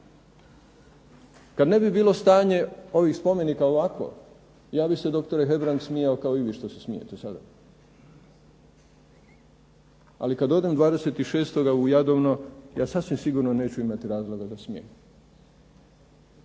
Kad ne bi bilo stanje ovih spomenika ovakvo, ja bih se doktore Hebrang smijao kao i vi što se smijete sada, ali kad odem 26. u Jadovno ja sasvim sigurno neću imati razloga za smijeh.